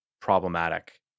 problematic